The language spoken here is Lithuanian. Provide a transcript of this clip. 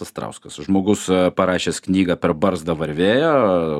astrauskas žmogus parašęs knygą per barzdą varvėjo